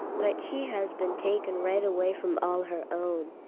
but she has been taken right away from all her own.